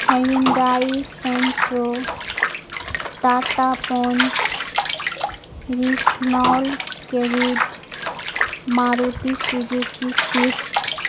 Hyundai Santro Tata Punch Renault Kwid Maruti Suzuki سیفٹ